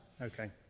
Okay